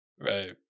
Right